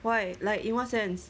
why like in what sense